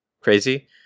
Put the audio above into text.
crazy